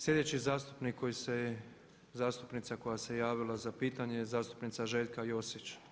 Sljedeći zastupnik koji se je, zastupnica koja se je javila za pitanje je zastupnica Željka Josić.